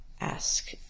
ask